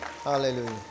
hallelujah